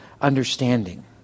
understanding